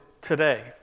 today